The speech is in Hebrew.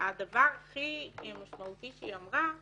והדבר הכי משמעותי שהיא אמרה זה: